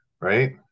right